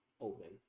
open